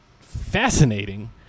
fascinating